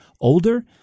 older